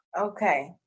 Okay